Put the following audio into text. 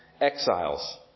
exiles